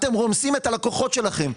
אתם רומסים את הלקוחות שלכם.